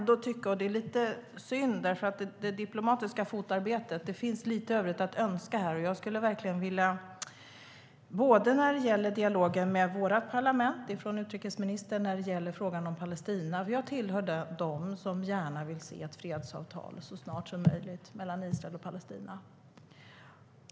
Det är lite synd att det finns lite övrigt att önska i det diplomatiska fotarbetet. Det gäller dialogen mellan vårt parlament och utrikesministern när det gäller frågan om Palestina. Jag hör till dem som gärna vill se ett fredsavtal så snart som möjligt mellan Israel och Palestina.